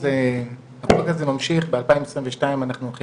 הפרויקט הזה ממשיך ב-2022 אנחנו הולכים